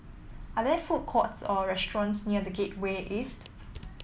are there food courts or restaurants near The Gateway East